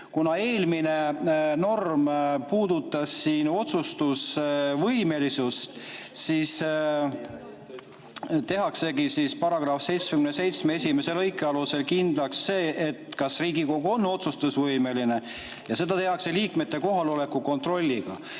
Kuna eelmine norm puudutas otsustusvõimelisust, siis tehaksegi § 77 lõike 1 alusel kindlaks, kas Riigikogu on otsustusvõimeline, ja seda tehakse liikmete kohaloleku kontrolliga.